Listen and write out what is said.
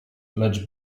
lecz